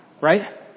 Right